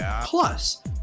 Plus